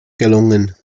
gelungen